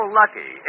lucky